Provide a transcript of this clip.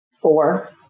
Four